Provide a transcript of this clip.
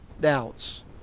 doubts